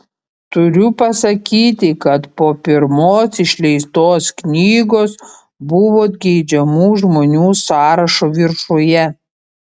turiu pasakyti kad po pirmos išleistos knygos buvot geidžiamų žmonių sąrašo viršuje